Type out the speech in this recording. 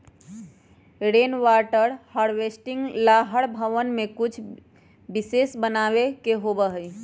rain water harvesting ला हर भवन में कुछ विशेष बनावे के होबा हई